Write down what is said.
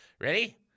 Ready